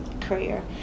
career